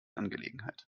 angelegenheit